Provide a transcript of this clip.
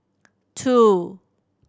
two